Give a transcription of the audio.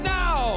now